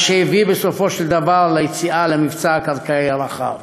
מה שהביא בסופו של דבר ליציאה למבצע הקרקעי הרחב.